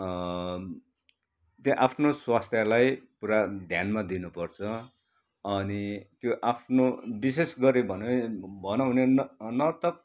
त्यहाँ आफ्नो स्वास्थ्यलाई पुरा ध्यानमा दिनुपर्छ अनि त्यो आफ्नो विषेश गरी भने भनौँ भने नर्तक